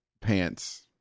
pants